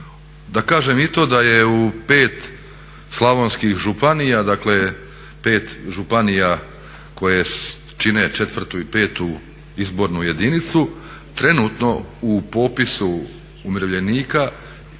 Da kažem i to da je u 5 slavonskih županija, dakle 5 županija koje čine četvrtu i petu izbornu jedinicu trenutno u popisu umirovljenika ima